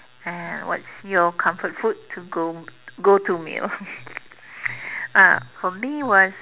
and what's your comfort food to go go to meal ah for me was